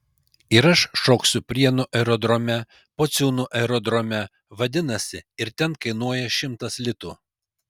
ir aš šoksiu prienų aerodrome pociūnų aerodrome vadinasi ir ten kainuoja šimtas litų